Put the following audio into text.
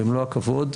במלוא הכבוד,